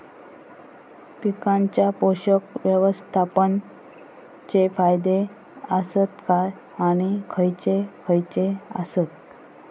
पीकांच्या पोषक व्यवस्थापन चे फायदे आसत काय आणि खैयचे खैयचे आसत?